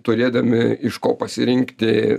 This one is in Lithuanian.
turėdami iš ko pasirinkti